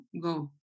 go